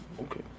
Okay